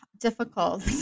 difficult